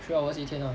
three hours 一天 ah